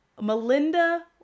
Melinda